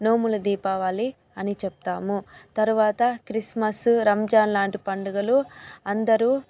నోముల దీపావళి అని చెప్తాము తరువాత క్రిస్మస్ రంజాన్ లాంటి పండుగలు అందరూ